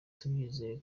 tubyizeye